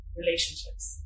relationships